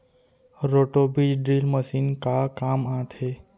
Roto बीज drill machine का काम आथे?